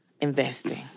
investing